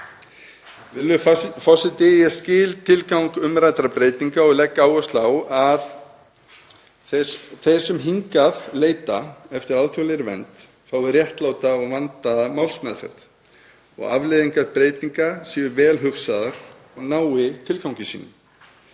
Virðulegi forseti. Ég skil tilgang umræddra breytinga og legg áherslu á að þeir sem hingað leita eftir alþjóðlegri vernd fái réttláta og vandaða málsmeðferð og að afleiðingar breytinga séu vel hugsaðar og nái tilgangi sínum.